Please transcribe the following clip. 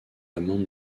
amende